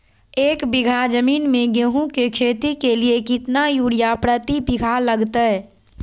एक बिघा जमीन में गेहूं के खेती के लिए कितना यूरिया प्रति बीघा लगतय?